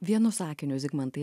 vienu sakiniu zigmantai